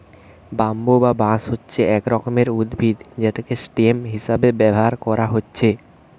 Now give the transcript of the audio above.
bamboo বা বাঁশ হচ্ছে এক রকমের উদ্ভিদ যেটা স্টেম হিসাবে ব্যাভার কোরা হচ্ছে